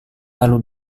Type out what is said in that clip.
lalu